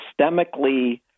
systemically